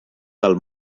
del